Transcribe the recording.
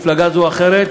של מפלגה זו או אחרת,